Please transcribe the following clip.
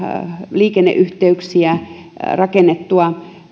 liikenneyhteyksiä rakennettua